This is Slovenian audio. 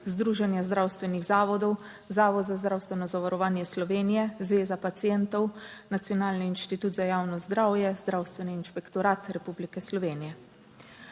Združenja zdravstvenih zavodov, Zavod za zdravstveno zavarovanje Slovenije, Zveza pacientov, Nacionalni inštitut za javno zdravje, Zdravstveni inšpektorat Republike Slovenije.